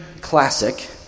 classic